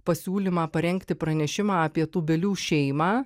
pasiūlymą parengti pranešimą apie tūbelių šeimą